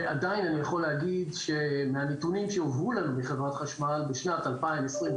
ועדיין אני יכול להגיד שמהנתונים שהועברו לנו מחברת חשמל בשנת 2021,